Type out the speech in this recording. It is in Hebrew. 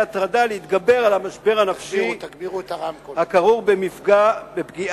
הטרדה להתגבר על המשבר הנפשי הכרוך בפגיעה,